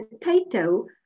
potato